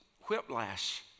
whiplash